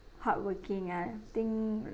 hardworking ah think